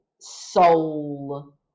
soul